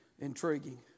intriguing